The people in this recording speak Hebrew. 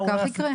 כך יקרה.